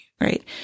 right